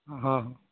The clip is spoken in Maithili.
हॅं हॅं